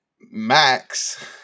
Max